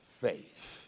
faith